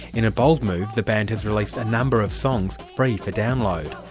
in a bold move, the band has released a number of songs, free, for download.